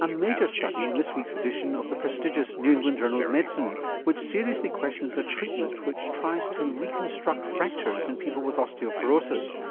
a major study in this week's edition of the prestigious new england journal of medicine which seriously questions a treatment which tries to re-construct fractures in people with osteoporosis,